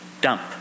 dump